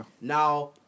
Now